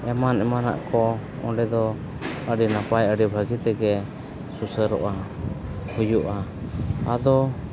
ᱮᱢᱟᱱ ᱮᱢᱟᱱᱟᱜ ᱠᱚ ᱚᱸᱰᱮ ᱫᱚ ᱟᱹᱰᱤ ᱱᱟᱯᱟᱭ ᱟᱹᱰᱤ ᱵᱷᱟᱹᱜᱤ ᱛᱮᱜᱮ ᱥᱩᱥᱟᱹᱨᱚᱜᱼᱟ ᱦᱩᱭᱩᱜᱼᱟ ᱟᱫᱚ